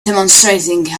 demonstrating